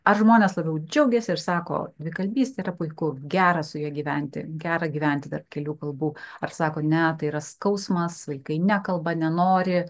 ar žmonės labiau džiaugiasi ir sako dvikalbystė yra puiku gera su juo gyventi gera gyventi tarp kelių kalbų ar sako ne tai yra skausmas vaikai nekalba nenori